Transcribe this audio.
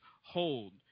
hold